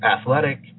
athletic